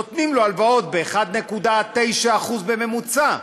נותנים הלוואות ב-1.9% בממוצע.